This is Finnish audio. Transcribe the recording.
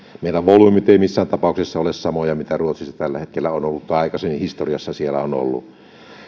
meidän volyymimme eivät missään tapauksessa ole samoja mitä ruotsissa tällä hetkellä on ollut tai aikaisemmin historiassa siellä on ollut